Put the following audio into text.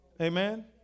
Amen